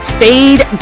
fade